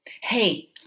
Hey